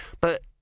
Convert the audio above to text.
but-